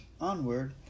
onward